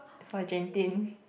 for Genting